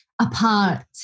apart